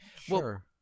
Sure